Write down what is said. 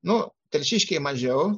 nu telšiškiai mažiau